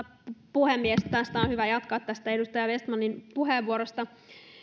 puhemies tästä edustaja vestmanin puheenvuorosta on hyvä jatkaa